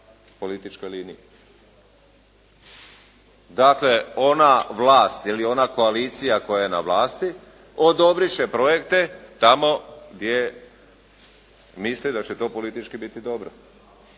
političkoj liniji. Dakle, ona vlast ili ona koalicija koja je na vlasti odobrit će projekte tamo gdje misli da će to politički biti dobro.